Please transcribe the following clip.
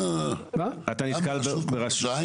אתה נתקל --- גם ברשות ראש העין?